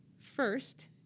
first